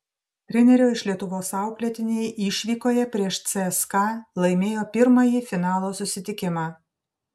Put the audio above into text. trenerio iš lietuvos auklėtiniai išvykoje prieš cska laimėjo pirmąjį finalo susitikimą